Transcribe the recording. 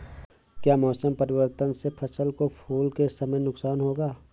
क्या मौसम परिवर्तन से फसल को फूल के समय नुकसान होगा?